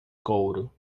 couro